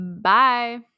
bye